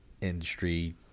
industry